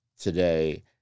today